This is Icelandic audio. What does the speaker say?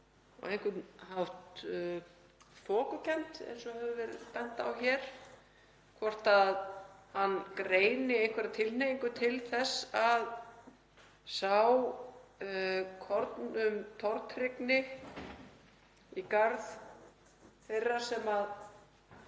á einhvern hátt þokukennd, eins og hefur verið bent á hér, hvort hann greini einhverja tilhneigingu til þess að sá kornum tortryggni í garð þeirra sem